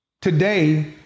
today